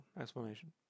explanation